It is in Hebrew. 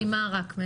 אני